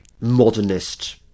modernist